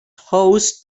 host